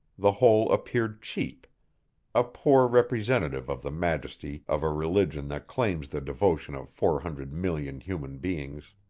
the whole appeared cheap a poor representative of the majesty of a religion that claims the devotion of four hundred million human beings.